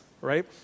right